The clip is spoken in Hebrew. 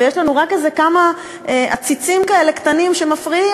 ויש לנו רק איזה כמה עציצים כאלה קטנים שמפריעים,